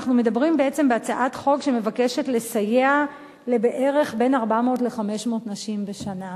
אנחנו מדברים בעצם על הצעת חוק שמבקשת לסייע לבין 400 ל-500 נשים בשנה.